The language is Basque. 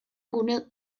gune